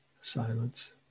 silence